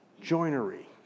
Joinery